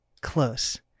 close